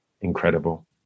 incredible